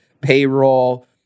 payroll